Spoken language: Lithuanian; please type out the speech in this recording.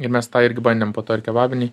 ir mes tą irgi bandėm po to ir kebabinėj